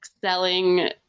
selling